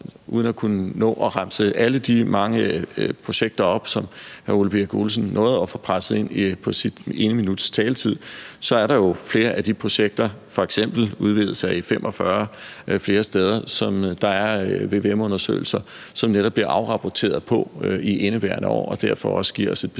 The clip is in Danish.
Uden at kunne nå at remse alle de projekter op, som hr. Ole Birk Olesen nåede at få presset ind på sit ene minuts taletid, er der jo flere af de projekter, f.eks. udvidelsen af E45, flere steder, som der efter VVM-undersøgelser bliver afrapporteret på i indeværende år, hvilket derfor giver os et